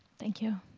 thank you.